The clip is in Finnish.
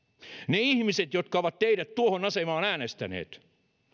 ne ihmiset jotka ovat teidät tuohon asemaan äänestäneet